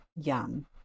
Yum